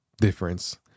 difference